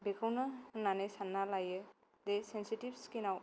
बेखौनो होन्नानै सानना लायो बे सेनसेतिब स्किनाव